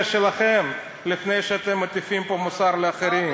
שלכם לפני שאתם מטיפים פה מוסר לאחרים.